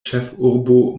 ĉefurbo